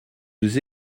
nous